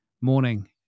morning